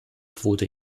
quote